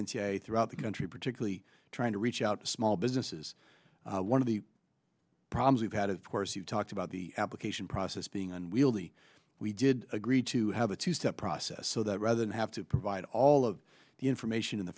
a throughout the country particularly trying to reach out to small businesses one of the problems we've had of course you talked about the application process being unwieldy we did agree to have a two step process so that rather than have to provide all of the information in the